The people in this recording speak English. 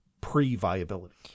pre-viability